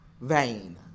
vain